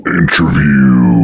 interview